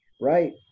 Right